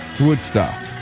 Woodstock